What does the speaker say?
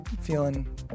feeling